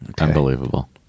unbelievable